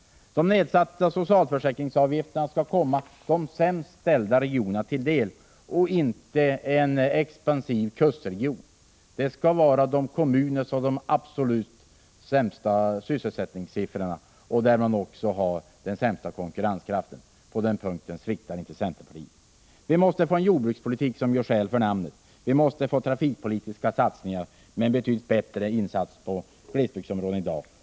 De nedsatta socialförsäkringsavgifterna skall komma de sämst ställda regionerna till del och inte en expansiv kustregion. Det skall gälla de kommuner som har de absolut sämsta sysselsättningssiffrorna och där man också har den sämsta konkurrenskraften. På den punkten sviktar inte centerpartiet. Vi måste få en jordbrukspolitik som gör skäl för namnet. Vi måste få trafikpolitiska satsningar med en betydligt bättre insats för glesbygdsområdena än i dag.